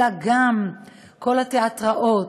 אלא גם כל התיאטראות,